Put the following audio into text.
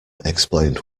explained